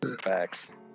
Facts